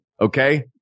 Okay